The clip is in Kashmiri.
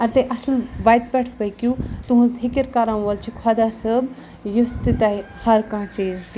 اگر تُہۍ اَصٕل وَتہِ پٮ۪ٹھ پٔکِو تُہُںٛد فِکِر کَرَن وول چھِ خۄدا صٲب یُس تہِ تۄہہِ ہر کانٛہہ چیٖز